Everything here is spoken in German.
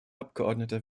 abgeordneter